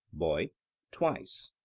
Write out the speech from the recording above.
boy twice.